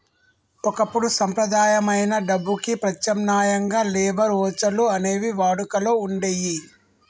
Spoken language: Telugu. ఒకప్పుడు సంప్రదాయమైన డబ్బుకి ప్రత్యామ్నాయంగా లేబర్ వోచర్లు అనేవి వాడుకలో వుండేయ్యి